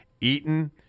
Eaton